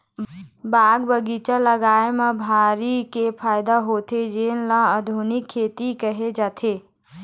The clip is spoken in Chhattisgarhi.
बाग बगीचा लगाए म भारी के फायदा होथे जेन ल उद्यानिकी खेती केहे जाथे